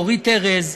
אורית ארז,